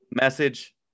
message